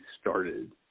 started